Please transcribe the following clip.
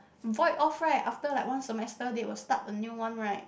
void off right after like one semester they will start a new one right